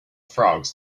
frogs